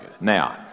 Now